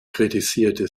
kritisierte